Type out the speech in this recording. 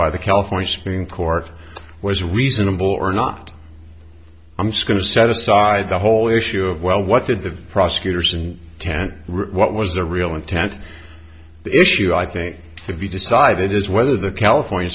by the california supreme court was reasonable or not i'm scared to set aside the whole issue of well what did the prosecutors in ten what was the real intent issue i think to be decided is whether the california